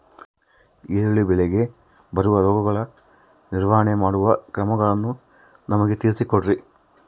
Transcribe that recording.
ಈರುಳ್ಳಿ ಬೆಳೆಗೆ ಬರುವ ರೋಗಗಳ ನಿರ್ವಹಣೆ ಮಾಡುವ ಕ್ರಮಗಳನ್ನು ನಮಗೆ ತಿಳಿಸಿ ಕೊಡ್ರಿ?